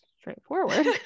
straightforward